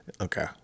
okay